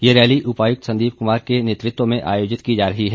यह रैली उपायुक्त संदीप कुमार के नेतृत्व में आयोजित की जा रही है